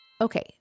Okay